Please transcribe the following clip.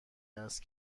است